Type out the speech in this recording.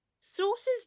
Sources